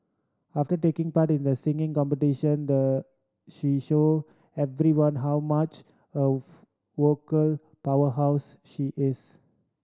after taking part in the singing competition the she showed everyone how much of vocal powerhouse she is